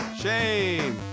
Shame